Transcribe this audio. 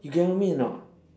you get what I mean or not